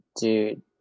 Dude